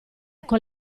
con